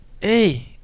Hey